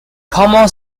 common